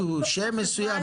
שם מסוים?